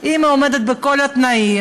אם היא עומדת בכל התנאים,